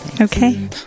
Okay